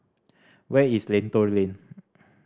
where is Lentor Lane